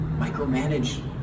micromanage